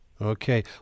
Okay